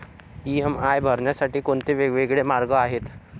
EMI भरण्यासाठी कोणते वेगवेगळे मार्ग आहेत?